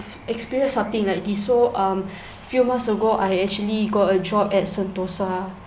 experienced something like this so um few months ago I actually got a job at sentosa